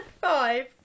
five